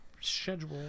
schedule